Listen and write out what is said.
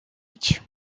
age